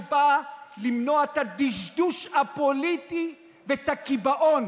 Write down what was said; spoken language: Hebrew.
שבאה למנוע את הדשדוש הפוליטי ואת הקיבעון